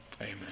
Amen